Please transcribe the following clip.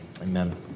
Amen